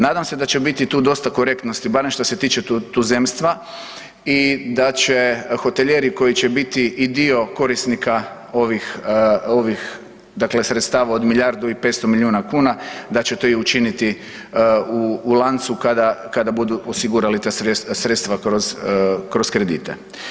Nadam se da će biti tu dosta korektnosti barem što se tiče tuzemstva i da će hotelijeri koji će biti i dio korisnika ovih, dakle sredstava od milijardu i 500 milijuna kuna da će to i učiniti u lancu kada budu osigurali ta sredstva kroz kredite.